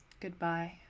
Goodbye